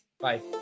Bye